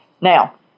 Now